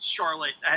Charlotte